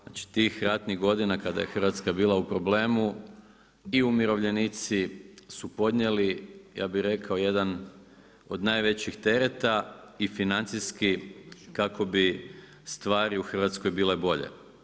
Znači tih ratnih godina kada je Hrvatska bila u problemu i umirovljenici su podnijeli, ja bi rekao jedan od najvećih tereta i financijskih kako bi stvari u Hrvatskoj bile bolje.